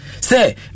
Say